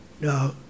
No